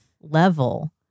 level